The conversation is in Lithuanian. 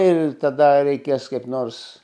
ir tada reikės kaip nors